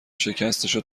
شکستشو